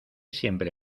siempre